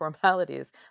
formalities